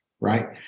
right